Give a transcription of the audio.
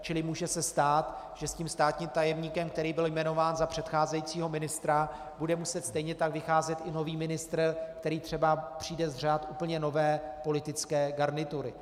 Čili se může stát, že se státním tajemníkem, který byl jmenován za předcházejícího ministra, bude muset stejně tak vycházet i nový ministr, který třeba přijde z řad úplně nové politické garnitury.